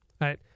right